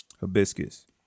Hibiscus